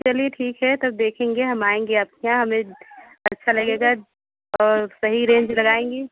चलिए ठीक है देखेंगे हम आएँगे आपके यहाँ आपके अच्छा लगेगा और सही रेंज लगाएँगे